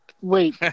Wait